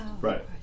right